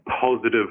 positive